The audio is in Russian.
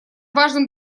важным